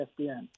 ESPN